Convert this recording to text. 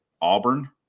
Auburn